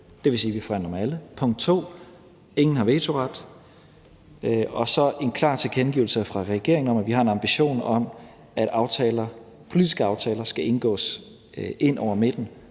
det vil sige, at vi forhandler med alle. Punkt 2, ingen har vetoret. Og så er der en klar tilkendegivelse fra regeringen om, at vi har en ambition om, at politiske aftaler skal indgås ind over midten